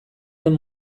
den